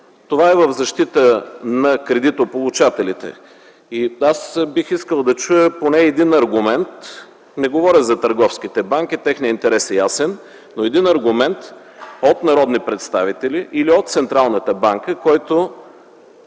Това е в защита на кредитополучателите. Бих искал да чуя поне един аргумент – не говоря за търговските банки, техният интерес е ясен, но един аргумент от народни представители или Централната банка, който